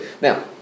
Now